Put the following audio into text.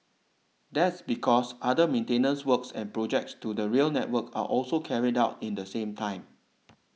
that's because other maintenance works and projects to the rail network are also carried out in the same time